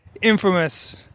infamous